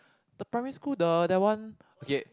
the primary school the that one okay